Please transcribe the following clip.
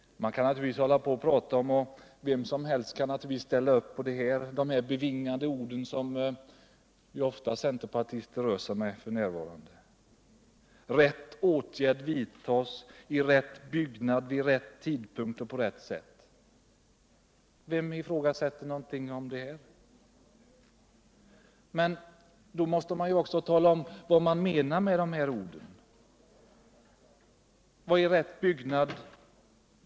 Fredagen den Vem som helst kan naturligtvis ställa upp på de bevingade ord som 26 maj 1978 centerpartister ofta rör sig med f. n.: ” Rätt åtgärd vidtas i rätt byggnad vid rätt tidpunkt och på rätt sätt.” Vem har ifrågasatt det? Men då måste man också tala om vad man menar med dessa ord. Vad är rätt byggnad?